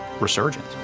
resurgence